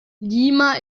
lima